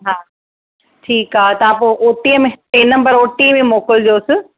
हा ठीकु आहे तव्हां पोइ ओ टीअ में टे नंबर ओ टी में मोकिलजोस